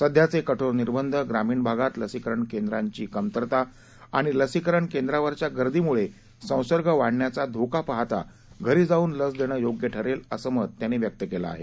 सध्याचे कठोर निर्बंध ग्रामीण भागात लसीकरण केंद्रांची कमी संख्या आणि लसीकरण केंद्रावरच्या गर्दीमुळे संसर्ग वाढण्याचा धोका पहाता घरी जाऊन लस देणं योग्य ठरेल असं मत त्यांनी व्यक्त केलं आहे